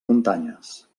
muntanyes